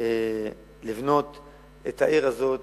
לבנות את העיר הזאת